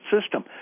system